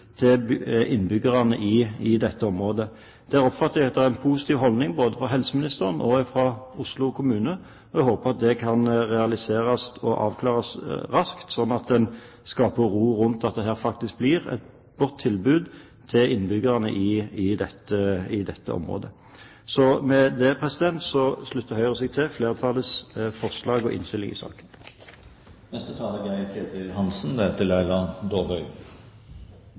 til innbyggerne i dette området. Der oppfatter jeg at det er en positiv holdning både fra helseministeren og fra Oslo kommune, og jeg håper at det kan realiseres og avklares raskt, slik at en skaper ro rundt dette, og at dette blir et godt tilbud til innbyggerne i dette området. Så med det slutter Høyre seg til flertallets forslag og innstilling i saken.